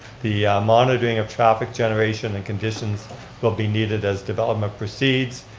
the monitoring of traffic generation and conditions will be needed as development proceeds,